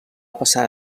passar